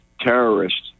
terrorists